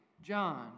John